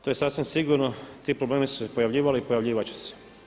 To je sasvim sigurno, ti problemi su se pojavljivali i pojavljivati će se.